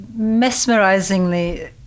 mesmerizingly